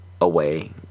away